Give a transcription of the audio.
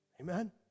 Amen